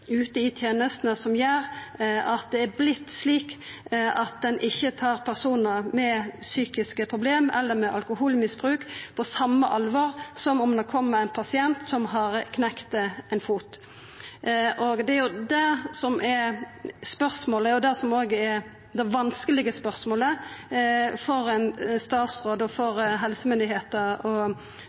ute i tenestene som gjer at det er vorte slik at ein ikkje tar personar med psykiske problem eller med eit alkoholmisbruk på same alvor som om det kjem ein pasient som har knekt ein fot. Og det er jo det som er det vanskelege spørsmålet for ein statsråd og for helsemyndigheiter å svara på, men det